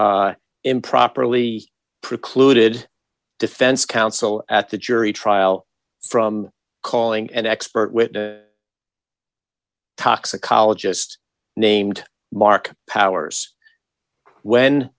improperly precluded defense counsel at the jury trial from calling an expert witness toxicologist named mark powers when